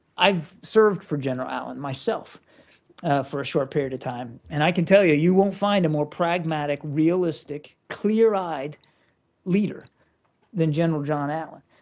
i've served for general allen myself for a short period of time, and i can tell you, you won't find a more pragmatic, realistic, clear-eyed leader than general john allen.